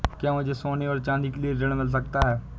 क्या मुझे सोने और चाँदी के लिए ऋण मिल सकता है?